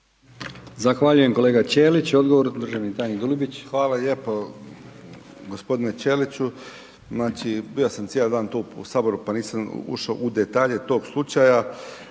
Zahvaljujem kolega Ćelić. Odgovor državni tajnik Dulibić. **Dulibić, Tomislav (HDZ)** Hvala lijepo gospodine Ćeliću, znači bio sam cijeli dan tu u saboru pa nisam ušao u detalje tog slučaja,